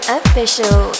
official